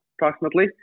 approximately